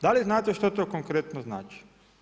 Da li znate što to konkretno znači?